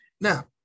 Now